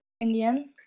Indian